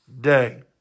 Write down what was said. day